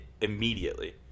immediately